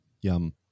Yum